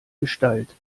gestalt